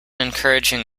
encouraging